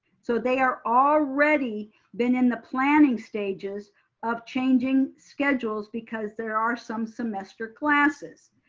so they are already been in the planning stages of changing schedules because there are some semester classes.